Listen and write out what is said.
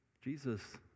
Jesus